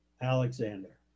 Alexander